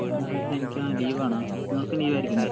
ഞായറാഴ്ച്ച എനിക്കാണെൽ ലീവാണ് നിങ്ങൾക്ക് ലീവായിരിക്കില്ലേ